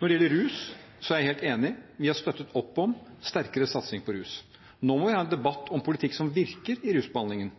Når det gjelder rusfeltet, er jeg helt enig: Vi har støttet opp om sterkere satsing på rusfeltet. Nå må vi ha en debatt om politikk som virker i rusbehandlingen,